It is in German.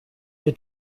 wir